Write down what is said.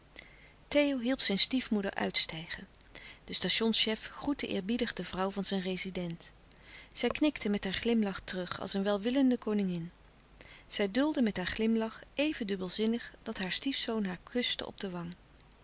theo hielp zijn stiefmoeder uitstijgen de stationschef groette eerbiedig de vrouw van zijn rezident zij knikte met haar glimlach terug als een welwillende koningin zij duldde met haar glimlach éven dubbelzinnig dat haar stiefzoon haar kuste op de wang